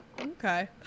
Okay